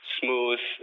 smooth